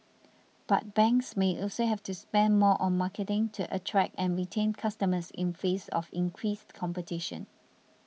but banks may also have to spend more on marketing to attract and retain customers in face of increased competition